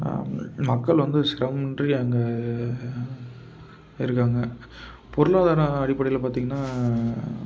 மக்கள் வந்து சிரமமின்றி அங்கே இருக்காங்க பொருளாதார அடிப்படையில் பார்த்திங்கனா